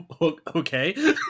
Okay